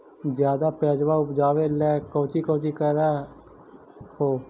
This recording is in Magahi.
ज्यादा प्यजबा उपजाबे ले कौची कौची कर हो?